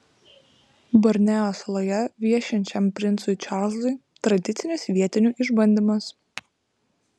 borneo saloje viešinčiam princui čarlzui tradicinis vietinių išbandymas